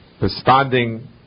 Responding